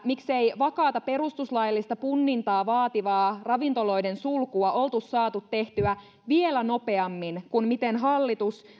miksei vakaata perustuslaillista punnintaa vaativaa ravintoloiden sulkua oltu saatu tehtyä vielä nopeammin kuin hallitus